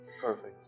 perfect